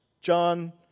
John